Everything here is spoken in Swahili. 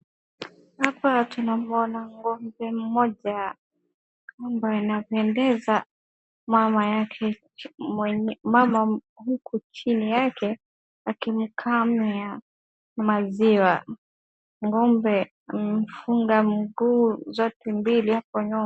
Hapa tunamwona ngombe mmoja ambaye anapendeza ,mama huku chini yake akimkamia maziwa. Ngombe amemfunga miguu zote mbili hapo nyuma.